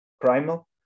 Primal